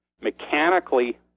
mechanically